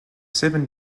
seven